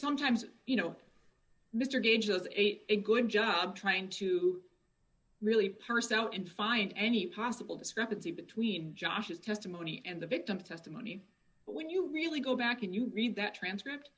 sometimes you know mr gauges ate a good job trying to really hurst out and find any possible discrepancy between josh's testimony and the victim's testimony but when you really go back and you read that transcript